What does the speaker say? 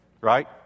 right